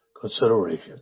consideration